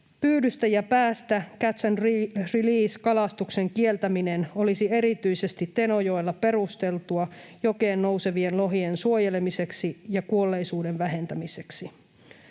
Pyydystä ja päästä- eli catch and release ‑kalastuksen kieltäminen olisi erityisesti Tenojoella perusteltua jokeen nousevien lohien suojelemiseksi ja kuolleisuuden vähentämiseksi.